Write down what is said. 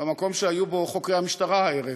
במקום שהיו בו חוקרי המשטרה הערב,